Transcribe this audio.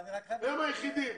הם היחידים.